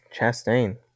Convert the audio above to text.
Chastain